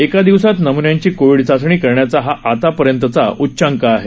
एका दिवसांत नमून्यांची कोविड चाचणी करण्याचा हा आतापर्यंतचा उच्चांक आहे